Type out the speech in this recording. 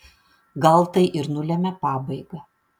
gal tai ir nulemia pabaigą